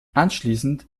anschließend